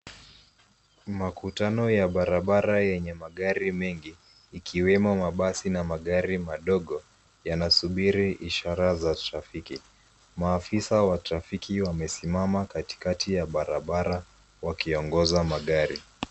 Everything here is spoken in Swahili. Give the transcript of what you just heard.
Makutano ya barabara yenye magari mengi, ikiwemo mabasi na magari madogo, yanasubiri ishara za trafiki. Maafisa wa trafiki wamesimama katikati ya barabara wakiongoza magari.